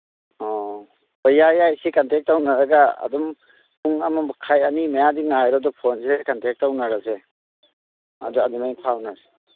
ꯑꯣ ꯍꯣꯏ ꯌꯥꯏ ꯌꯥꯏ ꯁꯤ ꯀꯟꯇꯦꯛ ꯇꯧꯅꯔꯒ ꯑꯗꯨꯝ ꯄꯨꯡ ꯑꯃ ꯃꯈꯥꯏ ꯑꯅꯤ ꯃꯌꯥꯗꯤ ꯉꯥꯏꯔꯣ ꯑꯗꯨꯒ ꯐꯣꯟꯁꯦ ꯀꯟꯇꯦꯛ ꯇꯧꯅꯔꯁꯦ ꯑꯗ ꯑꯗꯨꯃꯥꯏꯅ ꯐꯥꯎꯅꯔꯁꯤ